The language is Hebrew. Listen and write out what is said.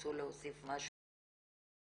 תרצו להוסיף משהו לסיכום?